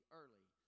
early